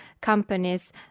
companies